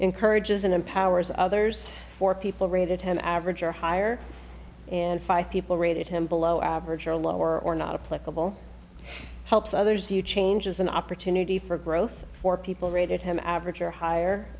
encourages in empowers others four people rated him average or higher and five people rated him below average or lower or not a political helps others you change is an opportunity for growth for people rated him average or hi